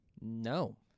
No